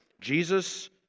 Jesus